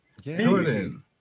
Jordan